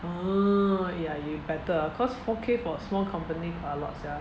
orh ya you better ah cause four K for a small company quite a lot sia